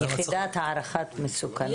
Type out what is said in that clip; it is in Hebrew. יחידת הערכת מסוכנות.